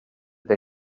they